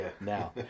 now